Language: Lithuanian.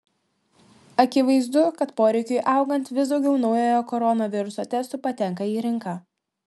akivaizdu kad poreikiui augant vis daugiau naujojo koronaviruso testų patenka į rinką